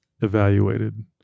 evaluated